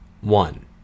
one